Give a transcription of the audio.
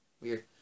Weird